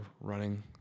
running